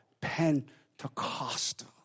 Pentecostal